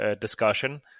discussion